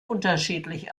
unterschiedlich